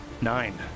Nine